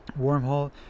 Wormhole